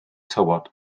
tywod